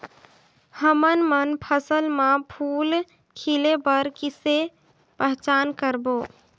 हमन मन फसल म फूल खिले बर किसे पहचान करबो?